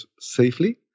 safely